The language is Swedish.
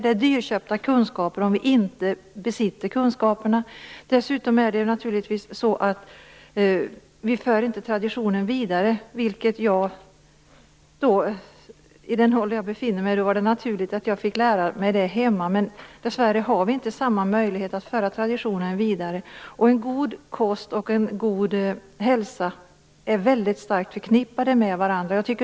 Vi får dyrköpta erfarenheter om vi inte besitter dessa kunskaper. Dessutom för vi inte traditionen vidare. Jag fick lära mig detta hemma. I och med den ålder som jag befinner mig i var det naturligt. Dessvärre har vi inte samma möjlighet nu att föra traditionen vidare. En god kost och en god hälsa är väldigt starkt förknippade med varandra.